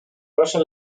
proszę